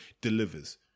Delivers